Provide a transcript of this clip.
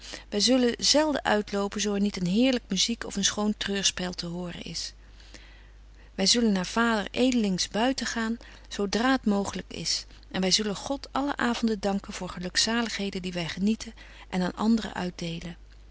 wy zullen zelden uitlopen zo er niet een heerlyk muziek of een schoon treurspel te horen is wy zullen naar vader edelings buiten gaan zo dra t mooglyk is en wy zullen god alle avonden danken voor gelukzaligheden die wy genieten en aan anderen uitdelen